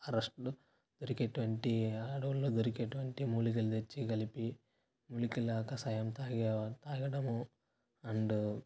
పెరిగేటువంటి అడవుల్లో దొరికేటువంటి మూలికలు తెచ్చి కలిపి మూలికల కషాయం తాగడం అండ్